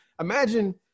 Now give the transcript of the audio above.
imagine